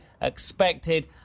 expected